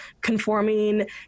conforming